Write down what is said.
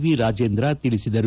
A Rajendra ತಿಳಿಸಿದರು